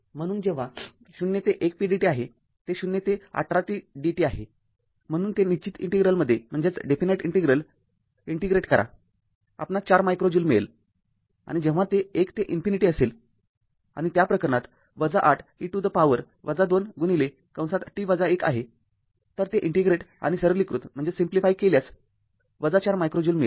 म्हणून जेव्हा ० ते १ pdt आहे ते ० ते १८ t dt आहे म्हणून ते निश्चित ईंटेग्रेलमध्ये ईंटेग्रेट करा आपणास ४ मायक्रो ज्यूल मिळेल आणि जेव्हा ते १ ते इन्फिनिटी असेल आणि त्या प्रकरणात ८ e to the power २t १ आहे तर ते ईंटेग्रेट आणि सरलीकृत केल्यास ४ मायक्रो ज्यूल मिळेल